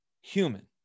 Human